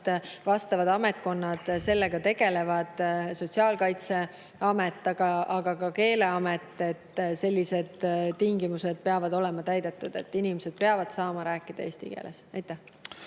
vastavad ametkonnad nendega tegelevad – Sotsiaalkaitseamet, aga ka Keeleamet. Sellised tingimused peavad olema täidetud, inimesed peavad saama rääkida eesti keeles. Aitäh!